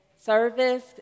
service